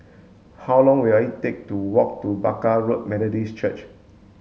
how long will it take to walk to Barker Road Methodist Church